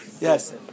Yes